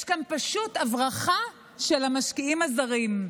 יש כאן פשוט הברחה של המשקיעים הזרים.